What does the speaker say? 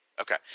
Okay